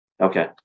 Okay